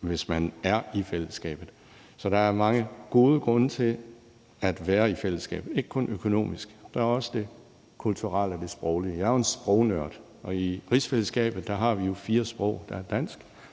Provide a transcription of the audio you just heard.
hvis man er med i fællesskabet. Så der er mange gode grunde til at være med i fællesskabet, ikke kun økonomisk. Der er også det kulturelle og det sproglige. Jeg er jo en sprognørd, og i rigsfællesskabet har vi fire sprog: Der er dansk,